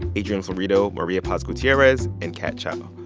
adrian florido, maria paz gutierrez and kat chow.